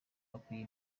mukwiye